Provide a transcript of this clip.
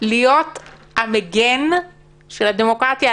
להיות המגן של הדמוקרטיה.